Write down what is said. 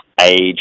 age